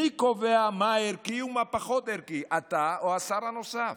מי קובע מה ערכי ומה פחות ערכי, אתה או השר הנוסף?